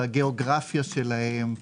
בגיאוגרפיה שלהם,